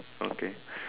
okay